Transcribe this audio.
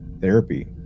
therapy